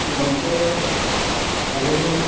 ᱜᱚᱢᱠᱮ ᱟ ᱞᱤᱧ